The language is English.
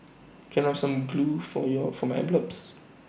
can I have some glue for your for my envelopes